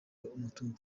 umutungo